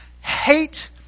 Hate